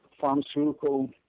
pharmaceutical